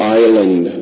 island